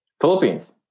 Philippines